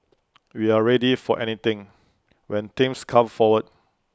we're ready for anything when things come forward